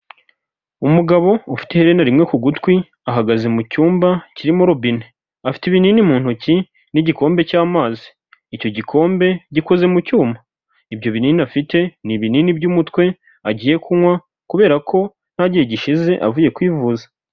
Umugabo ufite iherena rimwe ku gutwi, ahagaze mu cyumba kirimo robine, afite ibinini mu ntoki n'igikombe cy'amazi, icyo gikombe gikoze mu cyuma, ibyo binini afite ni ibinini by'umutwe, agiye kunywa kubera ko nta gihe gishize avuye kwivuza.